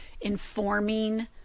informing